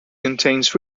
contains